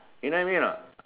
you know what I mean anot